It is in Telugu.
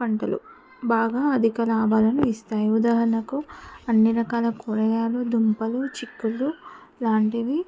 పంటలు బాగా అధిక లాభాలను ఇస్తాయి ఉదాహరణకు అన్ని రకాల కూరగాయలు దుంపలు చిక్కుళ్ళు లాంటివి